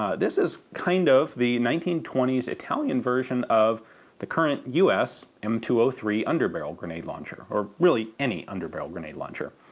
ah this is kind of the nineteen twenty s italian version of the current us m two zero ah three underbarrel grenade launcher, or really any underbarrel grenade launcher.